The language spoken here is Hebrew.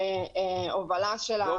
בשירות ולהובלה של הרחבת הקווים הנוכחיים.